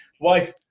wife